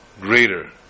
greater